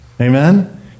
Amen